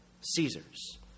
Caesar's